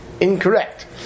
incorrect